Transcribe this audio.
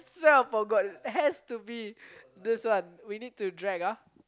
swear I forgot it has to be this one we need to drag